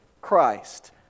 Christ